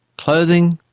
clothing,